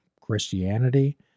Christianity